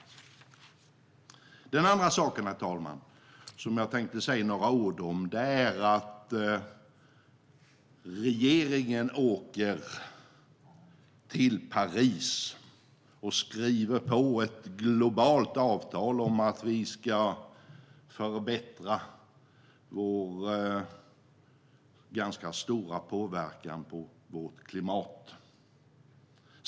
Det är en annan sak, herr talman, som jag tänkte säga några ord om. Regeringen åker till Paris och skriver på ett globalt avtal om att vi ska förbättra oss när det gäller vår ganska stora påverkan på vårt klimat.